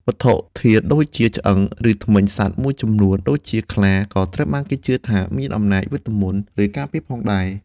វត្ថុធាតុដូចជាឆ្អឹង ឬធ្មេញសត្វមួយចំនួន (ដូចជាខ្លា) ក៏ត្រូវបានគេជឿថាមានអំណាចវេទមន្ត ឬការពារផងដែរ។